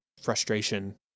frustration